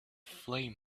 flame